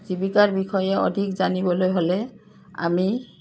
জীৱিকাৰ বিষয়ে অধিক জানিবলৈ হ'লে আমি